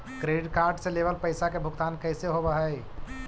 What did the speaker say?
Credit card से लेवल पैसा के भुगतान कैसे होव हइ?